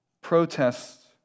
protests